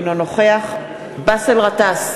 אינו נוכח באסל גטאס,